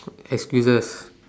excuses